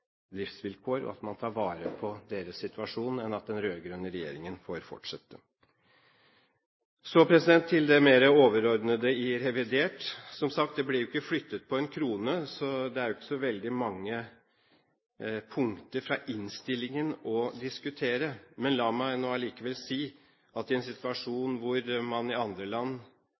driftsvilkår og at man tar vare på deres situasjon, enn at den rød-grønne regjeringen får fortsette. Så til det mer overordnede i revidert. Som sagt ble det ikke flyttet på én krone, så det er ikke så veldig mange punkter fra innstillingen å diskutere. Men la meg allikevel si at mens man i andre land opplever politi, tåregass og demonstrasjoner, er det selvfølgelig i en